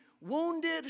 wounded